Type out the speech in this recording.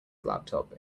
laptop